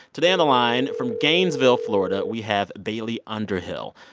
today on the line, from gainesville, fla, and we have bailey underhill.